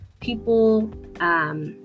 people